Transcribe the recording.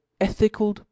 ethical